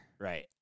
Right